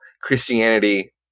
Christianity